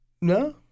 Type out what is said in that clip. No